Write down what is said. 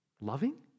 loving